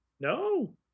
no